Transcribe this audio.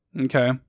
okay